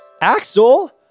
Axel